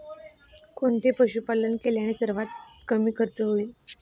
कोणते पशुपालन केल्याने सर्वात कमी खर्च होईल?